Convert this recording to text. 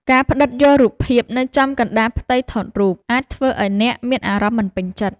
ការផ្តិតយករូបភាពនៅចំកណ្តាលផ្ទៃរូបថត អាចធ្វើឱ្យអ្នកមានអារម្មណ៍មិនពេញចិត្ត។